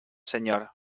señor